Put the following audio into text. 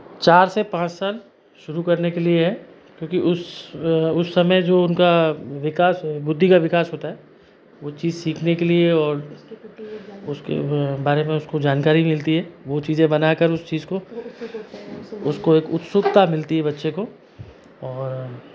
चार से पाँच साल शुरू करने के लिए है क्योंकि उस उस समय जो उनका विकास बुद्धि का विकास होता है वो चीज़ सीखने के लिए और उसके बारे में उसको जानकारी मिलती है वो चीज़ें बनाकर उस चीज़ को उसको एक एक उत्सुकता मिलती है बच्चे को और